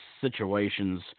situations